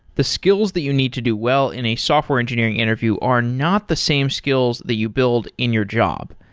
the skills that you need to do well in a software engineering interview are not the same skills that you build in your job.